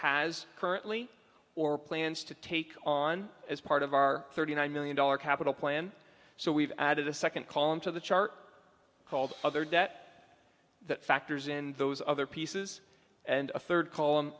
has currently or plans to take on as part of our thirty nine million dollars capital plan so we've added a second column to the chart called other debt that factors in those other pieces and a third c